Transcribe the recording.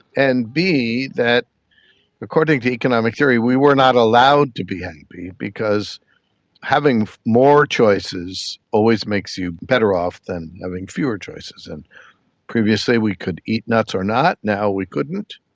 and that according to economic theory we were not allowed to be happy because having more choices always makes you better off than having fewer choices. and previously we could eat nuts or not, now we couldn't.